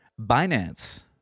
Binance